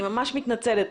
אני ממש מתנצלת,